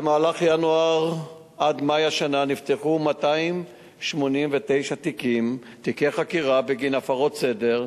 במהלך ינואר עד מאי השנה נפתחו 289 תיקי חקירה בגין הפרות סדר.